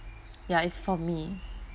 ya is for me